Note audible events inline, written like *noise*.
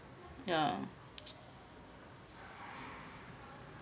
yeah *noise*